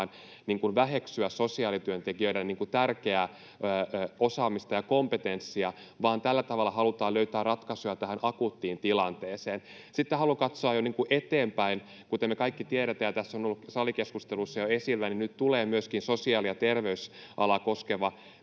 halutaan väheksyä sosiaalityöntekijöiden tärkeää osaamista ja kompetenssia, vaan tällä tavalla halutaan löytää ratkaisuja tähän akuuttiin tilanteeseen. Sitten haluan katsoa jo eteenpäin. Kuten me kaikki tiedetään ja tässä salikeskustelussa on ollut jo esillä, niin nyt tulee myöskin sosiaali- ja terveysalaa koskeva